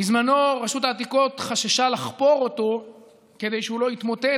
בזמנו רשות העתיקות חששה לחפור אותו כדי שהוא לא יתמוטט.